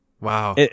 Wow